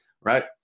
right